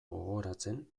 gogoratzen